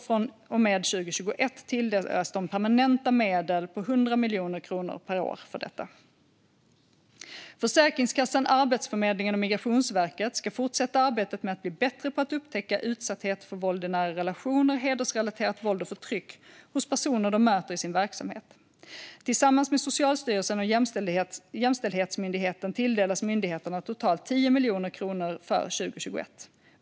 Från och med 2021 tilldelas de permanenta medel på 100 miljoner kronor per år för detta arbete. Försäkringskassan, Arbetsförmedlingen och Migrationsverket ska fortsätta arbetet med att bli bättre på att upptäckta utsatthet för våld i nära relationer och hedersrelaterat våld och förtryck hos personer de möter i sin verksamhet. Tillsammans med Socialstyrelsen och Jämställdhetsmyndigheten tilldelas myndigheterna totalt 10 miljoner kronor för 2021.